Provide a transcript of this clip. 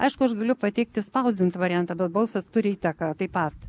aišku aš galiu pateikti spausdintą variantą bet balsas turi įtaką taip pat